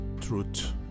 truth